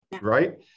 Right